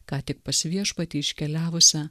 ką tik pas viešpatį iškeliavusią